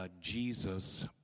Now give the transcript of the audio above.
Jesus